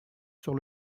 sur